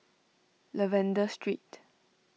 Lavender Street